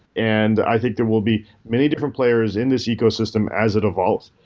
and i think there will be many different players in this ecosystem as it evolves.